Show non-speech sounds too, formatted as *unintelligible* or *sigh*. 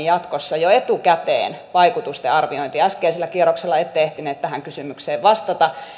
*unintelligible* jatkossa jo etukäteen tarkemmin vaikutusten arviointia äskeisellä kierroksella ette ehtinyt tähän kysymykseen vastata